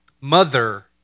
mother